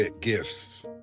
gifts